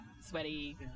sweaty